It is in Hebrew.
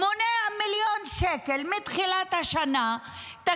מונע מתחילת השנה מיליון שקל,